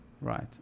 Right